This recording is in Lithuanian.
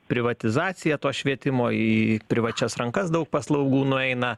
privatizacija to švietimo į privačias rankas daug paslaugų nueina